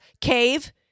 cave